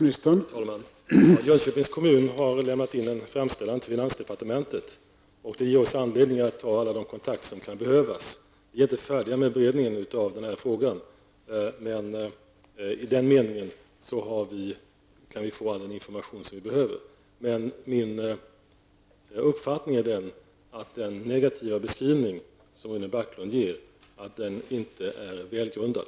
Herr talman! Jönköpings kommun har lämnat in en framställan till finansdepartementet, och det ger oss anledning att ta alla de kontakter som kan behövas. Vi är inte färdiga med beredningen av den här frågan. Men i den meningen kan vi få all den information som vi behöver. Min uppfattning är den, att den negativa beskrivning som Rune Backlund ger inte är välgrundad.